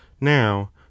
now